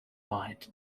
mind